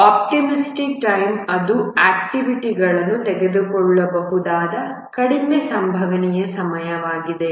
optimistic time ಇದು activity ಅನ್ನು ತೆಗೆದುಕೊಳ್ಳಬಹುದಾದ ಕಡಿಮೆ ಸಂಭವನೀಯ ಸಮಯವಾಗಿದೆ